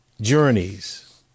journeys